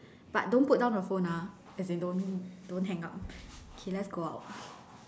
but don't put down the phone ah as in don't don't hang up K let's go out